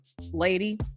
lady